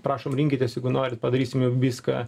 prašom rinkitės jeigu norit padarysim jum viską